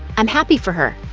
i'm happy for her.